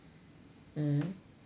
mm don't know